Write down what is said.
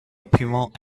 peuvent